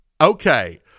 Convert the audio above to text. Okay